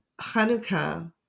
Hanukkah